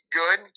good